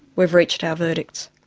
we've reached our verdicts.